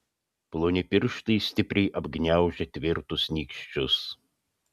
ploni pirštai stipriai apgniaužę tvirtus nykščius